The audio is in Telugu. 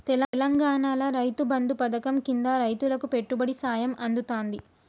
తెలంగాణాల రైతు బంధు పథకం కింద రైతులకు పెట్టుబడి సాయం అందుతాంది